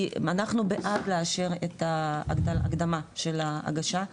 כי אנחנו בעד לאשר את ההקדמה של ההגשה.